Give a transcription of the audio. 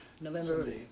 November